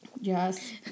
Yes